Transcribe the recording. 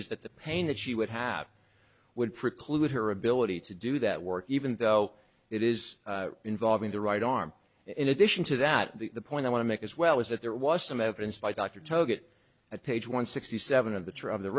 is that the pain that she would have would preclude her ability to do that work even though it is involving the right arm in addition to that the point i want to make as well is that there was some evidence by dr told get at page one sixty seven of the t